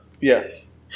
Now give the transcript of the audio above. Yes